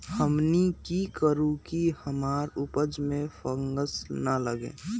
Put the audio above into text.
हमनी की करू की हमार उपज में फंगस ना लगे?